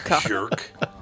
Jerk